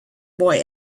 boy